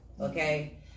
Okay